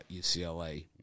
UCLA